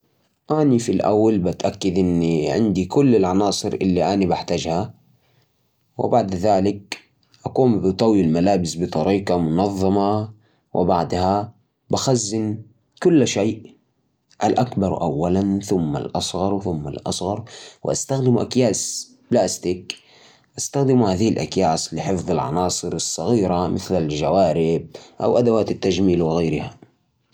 عشان تحزم حقيبة بكفاءة، أول شيء، حط الأشياء الثقيلة في الأسفل، زي الأحذية. بعدين، اطوي الملابس بالطريقة اللي ذكرتها، عشان تقلل التجاعيد. حاول تمنع الفراغات بأشياء صغيرة، زي الجوارب والإكسسوارات. لا تنسى تحط الأشياء اللي تحتاجها بسرعة في الجهة العليا، زي مستحضرات التجميل أو مستلزمات السفر، وبكدا تكون جاهز للسفر.